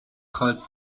called